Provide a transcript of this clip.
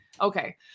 okay